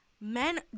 men